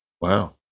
Wow